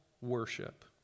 worship